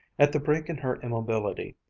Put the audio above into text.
at the break in her immobility,